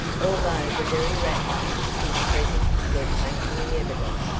although the very rats, whose presence were painfully evident,